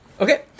Okay